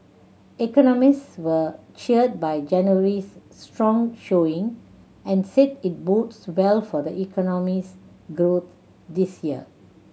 economists were cheered by January's strong showing and said it bodes well for the economy's growth this year